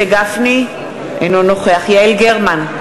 אינו נוכח יעל גרמן,